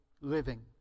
living